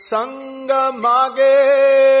Sangamage